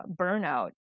burnout